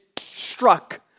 struck